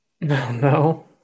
no